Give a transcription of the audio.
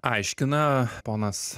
aiškina ponas